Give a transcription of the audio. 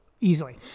easily